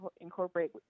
incorporate